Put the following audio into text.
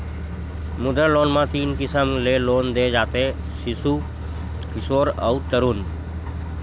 मुद्रा लोन म तीन किसम ले लोन दे जाथे सिसु, किसोर अउ तरून